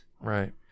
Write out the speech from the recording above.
right